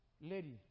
lady